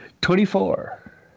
Twenty-four